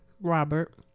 Robert